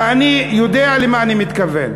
שוליים שוליים, ואני יודע למה אני מתכוון.